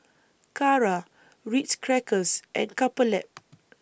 Kara Ritz Crackers and Couple Lab